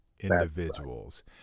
individuals